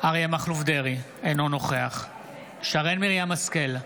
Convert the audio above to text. אריה מכלוף דרעי, אינו נוכח שרן מרים השכל,